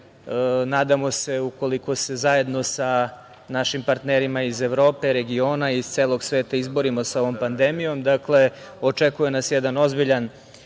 se ukoliko se zajedno sa našim partnerima iz Evrope, regiona, iz celog sveta izborimo sa ovom pandemijom, dakle, očekuje nas jedan ozbiljan